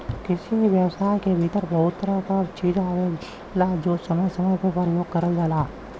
कृषि व्यवसाय के भीतर बहुत तरह क चीज आवेलाजो समय समय पे परयोग करल जाला